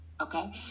okay